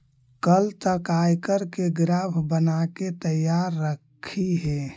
कल तक आयकर के ग्राफ बनाके तैयार रखिहें